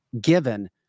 given